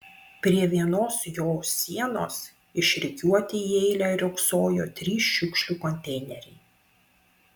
prie vienos jo sienos išrikiuoti į eilę riogsojo trys šiukšlių konteineriai